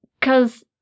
Cause